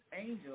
angel